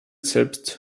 selbst